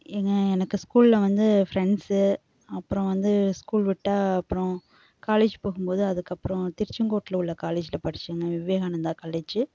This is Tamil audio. எங்கள் எனக்கு ஸ்கூல்லில் வந்து ஃப்ரெண்ட்ஸ்ஸு அப்புறோம் வந்து ஸ்கூல் விட்ட அப்புறோம் காலேஜ் போகும் போது அதுக்கப்புறம் திருச்செங்கோட்லில் உள்ள காலேஜில் படித்தேன் விவேகானந்தா காலேஜ்